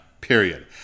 period